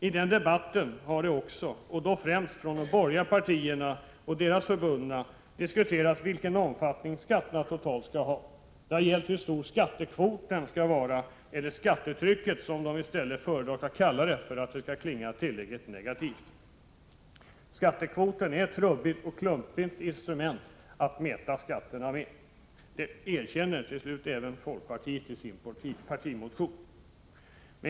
I denna debatt har det också, främst från de borgerliga partierna och deras förbundna, diskuterats vilken omfattning skatterna totalt skall ha. Det har gällt hur stor skattekvoten — eller skattetrycket, som de borgerliga föredrar att kalla det för att det skall klinga tillräckligt negativt — skall vara. Skattekvoten är ett trubbigt och klumpigt instrument att mäta skatterna med. Det har även folkpartiet till slut erkänt i sin partimotion.